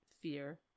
fear